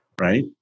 Right